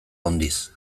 handiz